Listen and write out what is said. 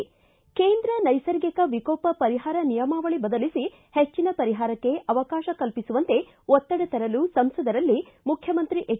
ಿ ಕೇಂದ್ರ ನೈಸರ್ಗಿಕ ವಿಕೋಪ ಪರಿಹಾರ ನಿಯಮಾವಳಿ ಬದಲಿಸಿ ಹೆಚ್ಚಿನ ಪರಿಹಾರಕ್ಕೆ ಅವಕಾಶ ಕಲ್ಲಿಸುವಂತೆ ಒತ್ತಡ ತರಲು ಸಂಸದರಲ್ಲಿ ಮುಖ್ಯಮಂತ್ರಿ ಎಚ್